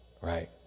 Right